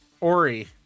Ori